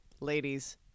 Ladies